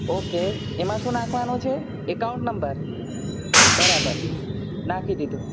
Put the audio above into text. okay એમાં શું નાંખવાનું છે એકાઉન્ટ નંબર બરાબર નાંખી દીધો